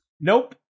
Nope